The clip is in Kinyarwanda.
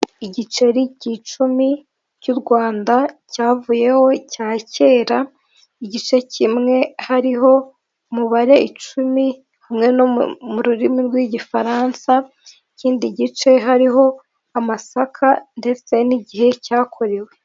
Igiceri cy'icumi cy'u Rwanda cyavuyeho cya kera igice kimwe hariho umubare icumi hamwe mu rurimi rw'igifaransai ikindi gice hariho amasaka ndetse n'igihe cyakorewe.